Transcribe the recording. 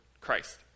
Christ